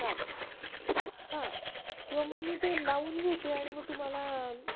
चालेल हां किंवा मग मी ते लावून घेते आणि मग तुम्हाला